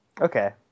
okay